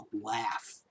laugh